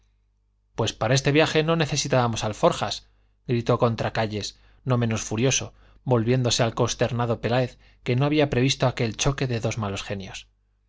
pues para este viaje no necesitábamos alforjas gritó contracayes no menos furioso volviéndose al consternado peláez que no había previsto aquel choque de dos malos genios